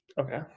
Okay